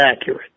accurate